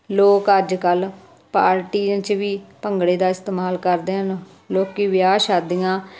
ਲੋਕ ਅੱਜ ਕੱਲ੍ਹ ਪਾਰਟੀਆਂ 'ਚ ਵੀ ਭੰਗੜੇ ਦਾ ਇਸਤੇਮਾਲ ਕਰਦੇ ਹਨ ਲੋਕ ਵਿਆਹ ਸ਼ਾਦੀਆਂ